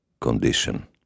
condition